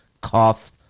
cough